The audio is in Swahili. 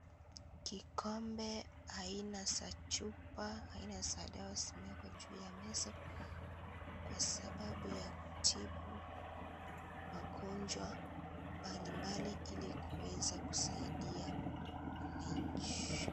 Kikombe aina za chupa aina za dawa zimewekwa juu ya meza kwa sababu ya kutibu magonjwa mbalimbali ili kuweza kusaidia wananchi.